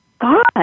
God